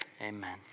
Amen